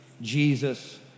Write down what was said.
Jesus